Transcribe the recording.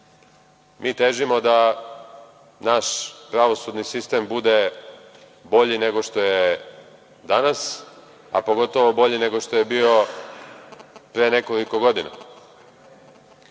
Mi težimo da naš pravosudni sistem bude bolji nego što je danas, a pogotovo bolji nego što je bio pre nekoliko godina. Što